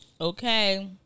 Okay